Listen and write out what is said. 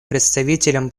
представителем